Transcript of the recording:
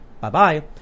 bye-bye